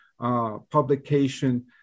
publication